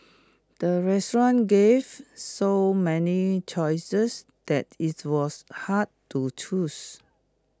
the restaurant gave so many choices that IT was hard to choose